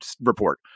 report